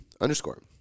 underscore